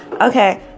okay